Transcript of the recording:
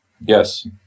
Yes